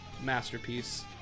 masterpiece